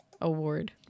award